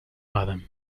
madam